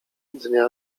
dnia